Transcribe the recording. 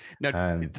Now